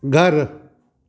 घरु